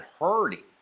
hurting